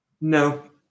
No